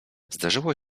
zdarzyło